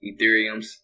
Ethereums